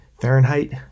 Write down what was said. Fahrenheit